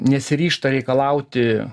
nesiryžta reikalauti